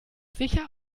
sicher